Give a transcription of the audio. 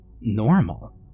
normal